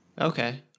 Okay